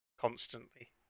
constantly